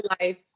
life